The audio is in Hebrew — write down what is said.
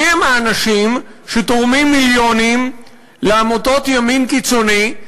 מי הם האנשים שתורמים מיליונים לעמותות ימין קיצוני,